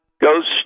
Ghost